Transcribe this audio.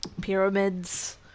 Pyramids